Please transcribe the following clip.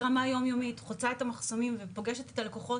ברמה יומיומית חוצה את המחסומים ופוגשת את הלקוחות.